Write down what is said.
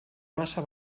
massa